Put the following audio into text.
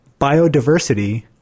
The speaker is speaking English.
biodiversity